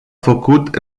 făcut